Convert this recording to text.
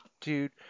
dude